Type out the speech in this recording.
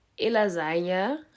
lasagna